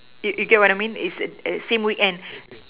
you you get what I mean it's a same weekend